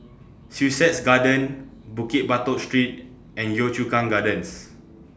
Sussex Garden Bukit Batok Street and Yio Chu Kang Gardens